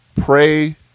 pray